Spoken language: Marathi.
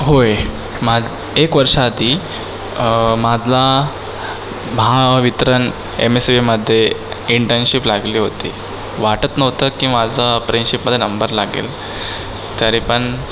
होय मा एक वर्षाआधी मादला Mahavitaran M S E B मध्ये इंटर्नशिप लागली होती वाटत नव्हतं की माझं अप्रेनशिपमध्ये नंबर लागेल तरी पण